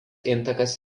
intakas